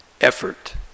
effort